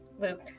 Luke